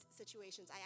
situations